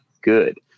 good